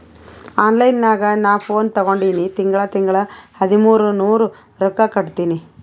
online ನಾಗ್ ನಾ phone ತಗೊಂಡಿನಿ ತಿಂಗಳಾ ತಿಂಗಳಾ ಹದಿಮೂರ್ ನೂರ್ ರೊಕ್ಕಾ ಕಟ್ಟತ್ತಿನಿ